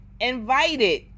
invited